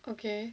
okay